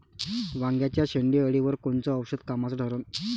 वांग्याच्या शेंडेअळीवर कोनचं औषध कामाचं ठरन?